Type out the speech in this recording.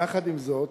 יחד עם זאת,